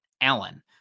Allen